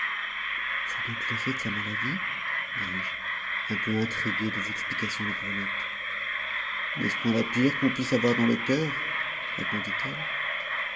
c'est donc l'effet de sa maladie dis-je un peu intrigué des explications de brulette n'est-ce point la pire qu'on puisse avoir dans le coeur répondit-elle